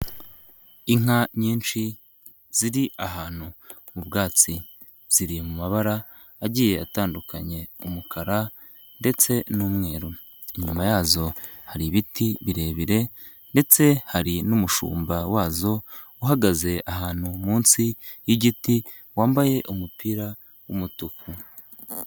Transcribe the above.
Inka nyinshi ziri ahantu mu bwatsi, ziri mu mabara agiye atandukanya, umukara ndetse n'umweru, inyuma yazo hari ibiti birebire ndetse hari n'umushumba wazo uhagaze ahantu munsi y'igiti wambaye umupira w'umutuku.